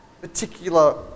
particular